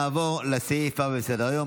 נעבור לסעיף הבא בסדר-היום,